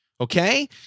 okay